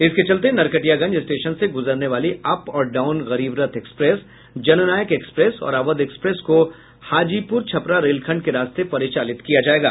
इसके चलते नरकटियागंज स्टेशन से गुजरने वाली अप और down Garib Rath express Jannayak express और अवध एक्सप्रेस को हाजीपुर छपरा रेलखंड के रास्ते परिचालित किया जायेगा